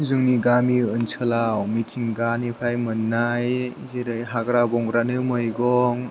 जोंनि गामि ओनसोलाव मिथिंगानिफ्राय मोननाय जेरै हाग्रा बंग्रानि मैगं